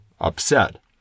upset